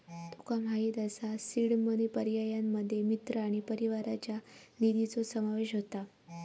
तुका माहित असा seed money पर्यायांमध्ये मित्र आणि परिवाराच्या निधीचो समावेश होता